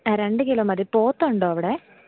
ആ രണ്ട് കിലോ മതി പോത്ത് ഉണ്ടോ അവിടെ